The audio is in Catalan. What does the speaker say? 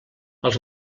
els